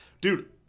dude